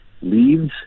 leaves